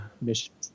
mission